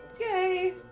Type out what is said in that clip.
Yay